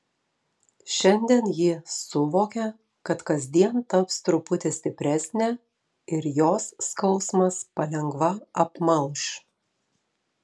šiandien ji suvokė kad kasdien taps truputį stipresnė ir jos skausmas palengva apmalš